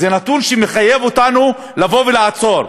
זה נתון שמחייב אותנו לבוא ולעצור.